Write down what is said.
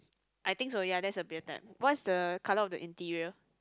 I think so ya that's the beer type what's the colour of the interior